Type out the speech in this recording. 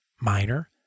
minor